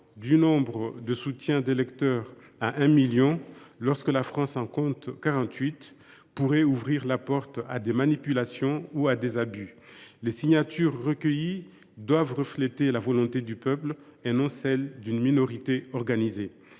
du nombre de soutiens d’électeurs requis, lorsque la France en compte 48 millions, pourrait ouvrir la porte à des manipulations ou à des abus. Les signatures recueillies doivent refléter la volonté du peuple et non celle d’une minorité organisée.